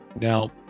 Now